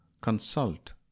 Consult